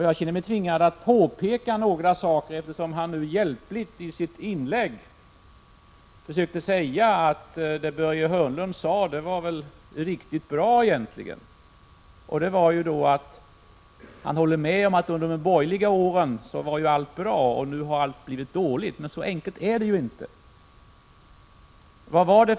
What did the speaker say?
Jag känner mig tvingad att påpeka några saker, eftersom han i sitt inlägg hjälpligt försökte säga att det Börje Hörnlund sade var riktigt bra. Han håller med om att allt var bra under de borgerliga åren, men att allt nu har blivit dåligt. Så enkelt är det ju inte. Fru talman!